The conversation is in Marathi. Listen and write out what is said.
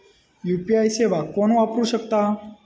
यू.पी.आय सेवा कोण वापरू शकता?